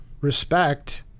respect